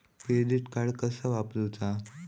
Credit card कसा वापरूचा?